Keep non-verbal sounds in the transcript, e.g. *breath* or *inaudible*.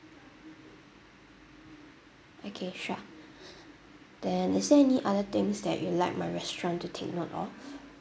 okay sure *breath* then is there any other things that you'd like my restaurant to take note of